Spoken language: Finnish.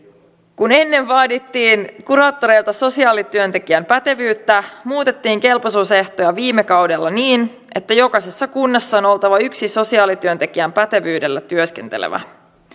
kun ennen vaadittiin kuraattoreilta sosiaalityöntekijän pätevyyttä muutettiin kelpoisuusehtoja viime kaudella niin että jokaisessa kunnassa on oltava yksi sosiaalityöntekijän pätevyydellä työskentelevä